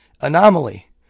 anomaly